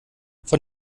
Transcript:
von